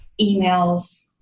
emails